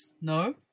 No